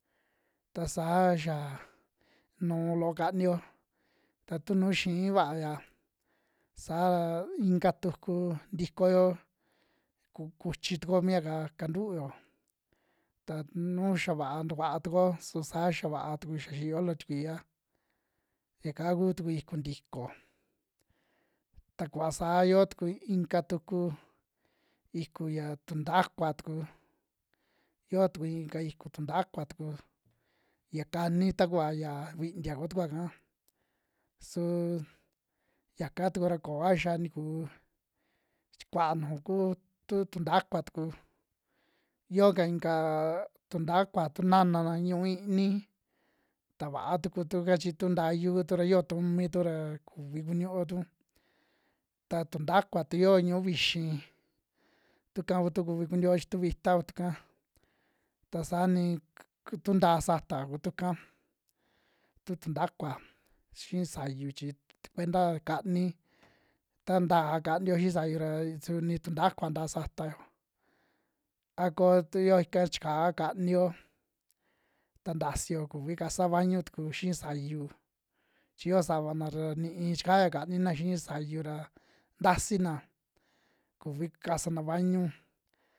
Ta saa xa nuu loo kaniyo, ta tu nuu xii vaaya saa ra inka tuku ntikoyo ku- kuchi tukuyo mia'ka kantuuyo ta nu xia va'a tukua tukuyo su saa xia va'a tuku, xia xiiyo loo tikui'a, yaka kutuku iku ntiko. Ta kuva saa yo tuku inka tuku iku ya tuntakua tuku, yo yuku nika iku tuntakua tuku, ya kani takuva ya vintia kutukua'ka, suu yaka tuku ra kooa xia ntikuu chi kua nuju ku tu tuntakua tuku, yo'o ka inka tuntakua tu naana na ñu'u iini, ta va'a tuku tu'ka chi tu ntayu kutu ra iyo tumitu ra kuvi kuñu'uotu, ta tuntakua tu yo'o ñu'u vixii, tuka kutu kuvi kuñuuo chi tu vita kutu'k, ta saa ni ku- k tu ntaa sata'o ku tuka tu tuntakua xii sayu chi tkuenta kani, ta ntaa kani'o xii sayu ya suni tuntakua ntaa satao, a koo tu yo ika chikaa kani'o, ta ntasio kuvi kasao vañu tuku xii sayu chi yoo savana ra ni'i chikaya kanina xii sayu ra ntasina, kuvi kasana vañuu.